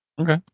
okay